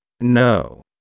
No